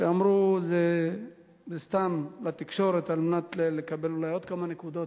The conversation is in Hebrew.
שאמרו: זה סתם לתקשורת כדי לקבל אולי עוד כמה נקודות,